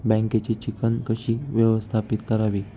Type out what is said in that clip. बँकेची चिकण कशी व्यवस्थापित करावी?